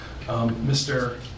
Mr